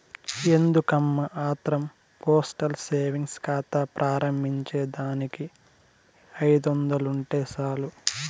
ఎందుకమ్మా ఆత్రం postal savings కాతా ప్రారంబించేదానికి ఐదొందలుంటే సాలు